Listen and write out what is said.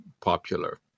popular